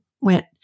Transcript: went